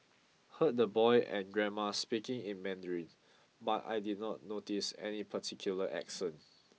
heard the boy and grandma speaking in Mandarin but I did not notice any particular accent